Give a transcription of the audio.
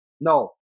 No